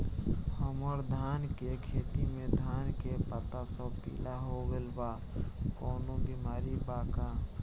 हमर धान के खेती में धान के पता सब पीला हो गेल बा कवनों बिमारी बा का?